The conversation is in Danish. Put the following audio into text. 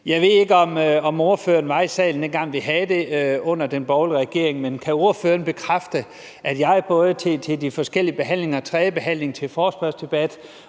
Jeg ved ikke, om ordføreren var i salen, dengang vi havde det oppe under den borgerlige regering. Men kan ordføreren bekræfte, at jeg ved de forskellige behandlinger, både ved tredje behandling, ved forespørgselsdebat